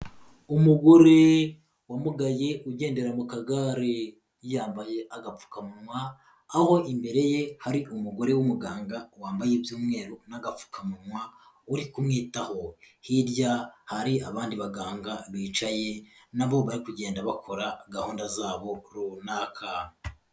Umugore wamugaye, ugendera mu kagare. Yambaye agapfukamunwa, aho imbere ye hari umugore w'umuganga, wambaye iby'umweru n'agapfukamunwa, uri kumwitaho. Hirya hari abandi baganga bicaye, nabo bari kugenda bakora gahunda zabo, runaka.